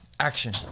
Action